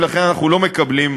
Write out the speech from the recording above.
ולכן אנחנו לא מקבלים,